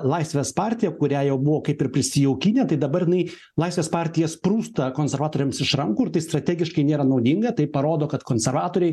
laisvės partija kurią jau buvo kaip ir prisijaukinę tai dabar jinai laisvės partija sprūsta konservatoriams iš rankų ir tai strategiškai nėra naudinga tai parodo kad konservatoriai